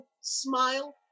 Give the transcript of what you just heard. smile